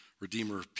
Redeemer